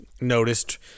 noticed